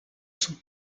son